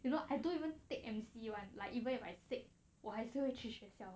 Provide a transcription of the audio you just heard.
you know I don't even take M_C [one] like even if I said why still 会去学校